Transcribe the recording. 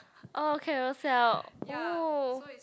[oh]Carousel oh